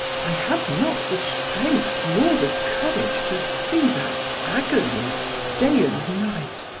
i have not the strength nor the courage to see that agony day and night,